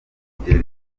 umugeri